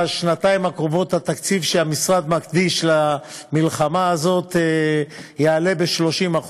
בשנתיים הקרובות התקציב שהמשרד יקדיש למלחמה הזאת יעלה ב-30%,